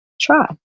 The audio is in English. try